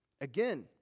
Again